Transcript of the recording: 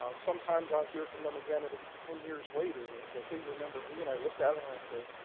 ah sometimes, i'll hear from them again, it'll be ten years later and they say, hey, remember me? and i look at them um and i say,